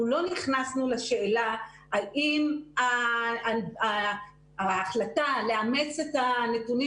אנחנו לא נכנסנו לשאלה האם ההחלטה לאמץ את הנתונים